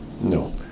No